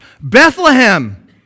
Bethlehem